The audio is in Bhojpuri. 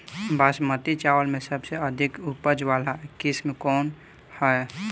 बासमती चावल में सबसे अधिक उपज वाली किस्म कौन है?